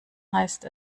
heißt